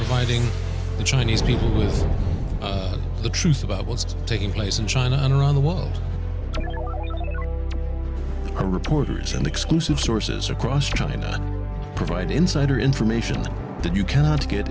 fighting the chinese people is the truth about what's taking place in china and around the world are reporters and exclusive sources across china provide insider information that you cannot get